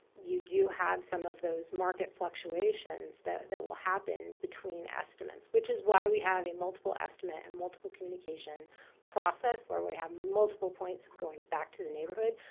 you do have some of those market fluctuations that that will happen between estimates, which is why we have a multiple estimate and multiple communication process where we have multiple points of going back to the neighborhood,